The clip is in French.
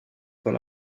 dans